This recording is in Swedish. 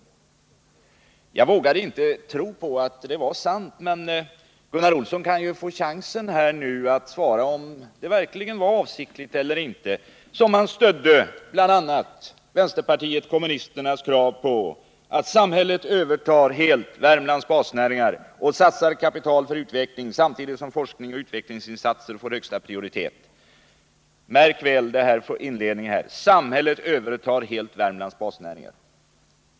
Jag vågade inte tro på att det var sant, Gunnar Olsson harju chansen att här svara på frågan om det verkligen var avsiktligt som han stödde vänsterpartiet kommunisternas krav på att samhället helt övertar Värmlands basnäringar och satsar kapital för utveckling, samtidigt som forskningsoch utvecklingsinsatser får högsta prioritet. Märk väl inled ningen: ”Samhället övertar helt Värmlands basnäringar”!